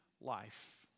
life